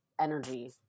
energy